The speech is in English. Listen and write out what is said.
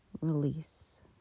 Release